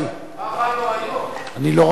לא הבנתי.